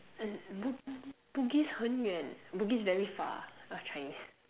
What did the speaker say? Bugis 很远 Bugis very far ah Chinese